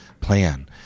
plan